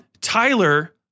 Tyler